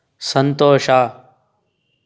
ಸಂತೋಷ